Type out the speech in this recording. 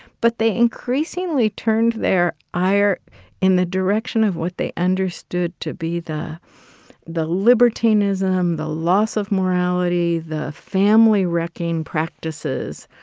but they increasingly turned their ire in the direction of what they understood to be the the libertinism, the loss of morality, the family wrecking practices,